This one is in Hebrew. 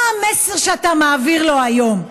מה המסר שאתה מעביר לו היום?